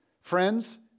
Friends